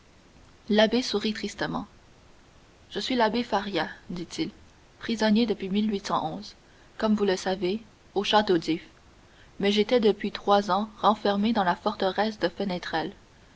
l'abbé sourit tristement je suis l'abbé faria dit-il prisonnier depuis comme vous le savez au château d'if mais j'étais depuis trois ans renfermé dans la forteresse de